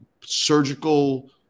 Surgical